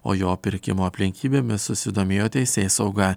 o jo pirkimo aplinkybėmis susidomėjo teisėsauga